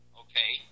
okay